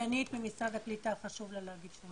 דגנית ממשרד הקליטה, חשוב לה להגיד כמה דברים.